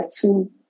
two